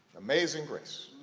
amazing grace.